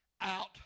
out